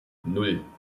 nan